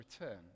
return